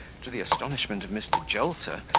to the astonishment of mr. jolter,